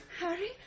Harry